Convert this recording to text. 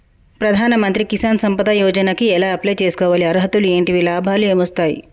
ప్రధాన మంత్రి కిసాన్ సంపద యోజన కి ఎలా అప్లయ్ చేసుకోవాలి? అర్హతలు ఏంటివి? లాభాలు ఏమొస్తాయి?